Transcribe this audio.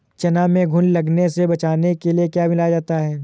चना में घुन लगने से बचाने के लिए क्या मिलाया जाता है?